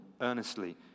earnestly